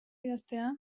idaztea